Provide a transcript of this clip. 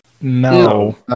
no